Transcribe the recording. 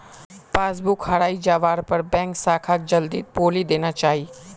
passbook हराई जवार पर बैंक शाखाक जल्दीत बोली देना चाई